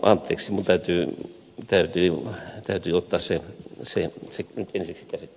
anteeksi minun täytyy ottaa se nyt ensiksi käsittelyyn